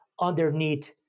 underneath